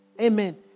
amen